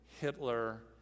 Hitler